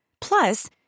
Plus